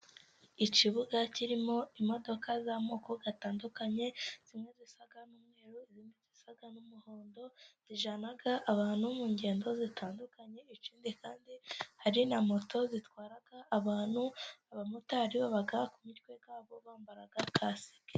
Ikibuga kirimo imodoka z'amoko atandukanye, zimwe zisa n'umweru, izindi zisa n'umuhondo, zijyana abantu mu ngendo zitandukanye, ikindi kandi hari na moto zitwara abantu, abamotari baba ku mitwe yabo bambara kasike.